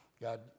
God